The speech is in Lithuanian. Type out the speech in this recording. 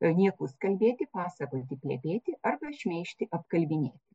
niekus kalbėti pasakoti plepėti arba šmeižti apkalbinėti